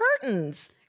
curtains